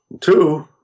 Two